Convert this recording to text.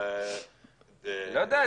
לא יודע,